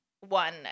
one